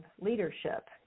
leadership